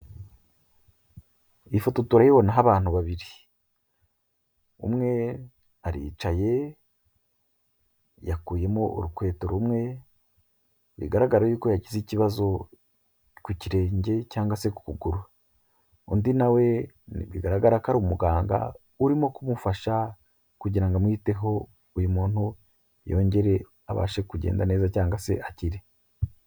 Iyi foto urayibona aho abantu babiri, umwe aricaye yakuyemo urukweto rumwe, bigaragara yuko yagize ikibazo ku kirenge cyangwa se kuguru, undi nawe we bigaragara ko ari umuganga, urimo kumufasha kugira ngo amwiteho, uyu muntu yongere abashe kugenda neza cyangwa se akire.